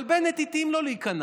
אבל בנט, התאים לו להיכנע.